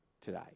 today